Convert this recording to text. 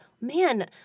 man